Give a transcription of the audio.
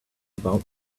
about